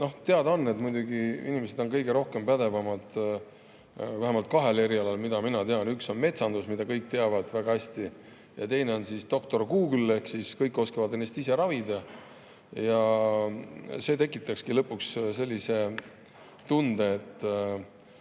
Teada on, et inimesed on muidugi kõige rohkem pädevad vähemalt kahel erialal, mida mina tean: üks on metsandus, mida kõik teavad väga hästi, ja teine on doktor Google, ehk siis kõik oskavad ennast ise ravida. See tekitakski lõpuks sellise tunde, et